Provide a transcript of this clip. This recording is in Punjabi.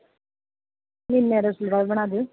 ਨਹੀਂ ਨੈਰੋ ਸਲਵਾਰ ਬਣਾ ਦਿਓ